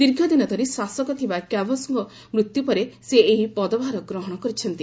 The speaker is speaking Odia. ଦୀର୍ଘ ଦିନ ଧରି ଶାସକ ଥିବା କ୍ୱାବୋସଙ୍କ ମୃତ୍ୟୁ ପରେ ସେ ଏହି ପଦଭାର ଗ୍ରହଣ କରିଛନ୍ତି